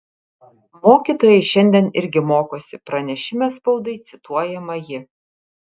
mokytojai šiandien irgi mokosi pranešime spaudai cituojama ji